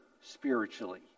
spiritually